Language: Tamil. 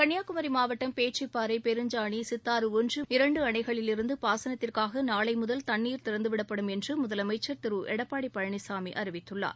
கன்னியாகுமரி மாவட்டம் பேச்சிப்பாறை பெருஞ்சாணி சித்தாறு ஒன்று மற்றும் இரண்டு அணைகளில் இருந்து பாசனத்திற்காக நாளை முதல் தண்ணீர் திறந்து விடப்படும் என்று முதலமைச்சர் திரு எடப்பாடி பழனிசாமி அறிவித்துள்ளார்